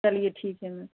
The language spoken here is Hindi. चलिए ठीक है मैं